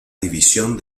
división